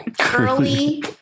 curly